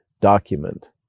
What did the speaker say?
document